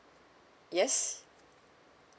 yes